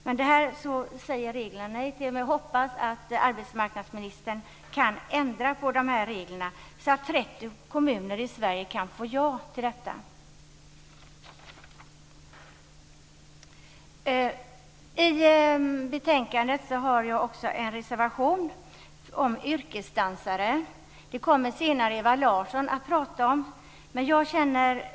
Reglerna säger nej till detta, men jag hoppas att arbetsmarknadsministern kan ändra på dessa regler, så att de 30 kommunerna i Sverige kan få som de önskar. Vi har vidare vid betänkande fogat en reservation om yrkesdansare, som Ewa Larsson senare kommer att beröra.